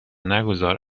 نگذار